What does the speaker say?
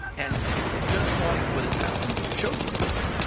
and just like what has happened in the khashoggi murder,